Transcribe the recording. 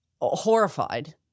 horrified